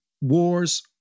wars